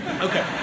Okay